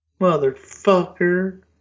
Motherfucker